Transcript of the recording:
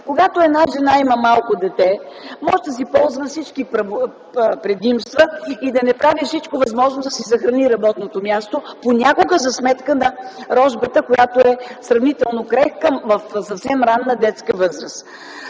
когато една жена има малко дете, може да си ползва всички предимства и да не прави всичко възможно, за да си съхрани работното място, понякога за сметка на рожбата, която е сравнително крехка, в съвсем ранна детска възраст?!